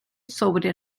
sobre